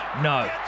No